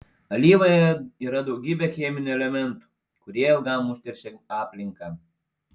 alyvoje yra daugybė cheminių elementų kurie ilgam užteršia aplinką